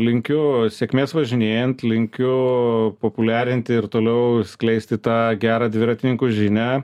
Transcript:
linkiu sėkmės važinėjant linkiu populiarinti ir toliau skleisti tą gerą dviratininkų žinią